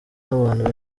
n’abantu